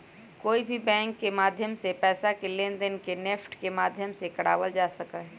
कोई भी बैंक के माध्यम से पैसा के लेनदेन के नेफ्ट के माध्यम से करावल जा सका हई